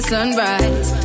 sunrise